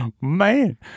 man